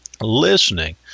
Listening